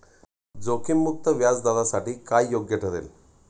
जोखीम मुक्त व्याजदरासाठी काय योग्य ठरेल?